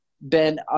ben